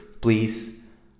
please